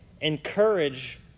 encourage